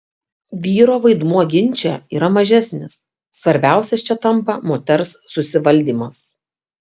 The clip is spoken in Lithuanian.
vyro vaidmuo ginče yra mažesnis svarbiausias čia tampa moters susivaldymas